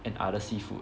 and other seafood